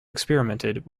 experimented